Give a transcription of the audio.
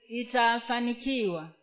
itafanikiwa